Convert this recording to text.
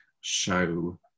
show